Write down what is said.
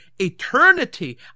Eternity